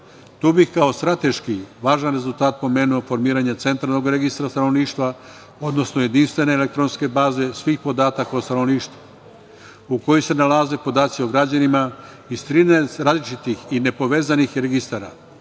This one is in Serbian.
bih kao strateški važan rezultat pomenuo formiranje Centralnog registra stanovništva, odnosno, jedinstvene elektronske baze svih podataka o stanovništvu u kojoj se nalaze podaci o građanima iz 13 različitih i nepovezanih registara. Ovo